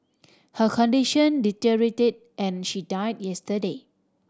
her condition deteriorated and she died yesterday